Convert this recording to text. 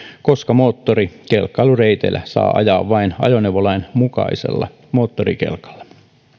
koska moottorikelkkailureiteillä saa ajaa vain ajoneuvolain mukaisella moottorikelkalla